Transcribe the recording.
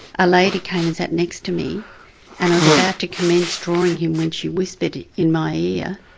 a lady came and sat next to me and i was about to commence drawing him when she whispered in my ear,